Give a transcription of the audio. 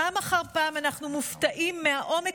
פעם אחר פעם אנחנו מופתעים מהעומק